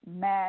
Math